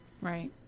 Right